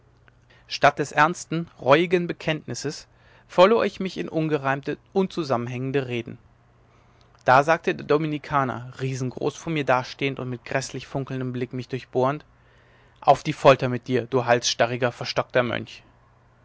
statt des ernsten reuigen bekenntnisses verlor ich mich in ungereimte unzusammenhängende reden da sagte der dominikaner riesengroß vor mir dastehend und mit gräßlich funkelndem blick mich durchbohrend auf die folter mit dir du halsstarriger verstockter mönch